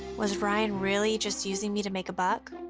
was ryan really just using me to make a buck?